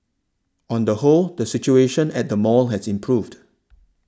on the whole the situation at the mall has improved